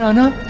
so not